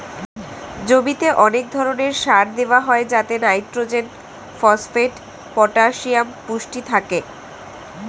জমিতে অনেক ধরণের সার দেওয়া হয় যাতে নাইট্রোজেন, ফসফেট, পটাসিয়াম পুষ্টি থাকে